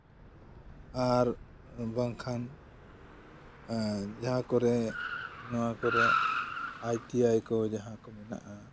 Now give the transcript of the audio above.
ᱟᱨ ᱵᱟᱝᱠᱷᱟᱱ ᱡᱟᱦᱟᱸᱠᱚᱨᱮ ᱱᱚᱣᱟ ᱠᱚᱨᱮ ᱟᱭ ᱴᱤ ᱟᱭ ᱠᱚ ᱡᱟᱦᱟᱸ ᱠᱚᱨ ᱢᱮᱱᱟᱜᱼᱟ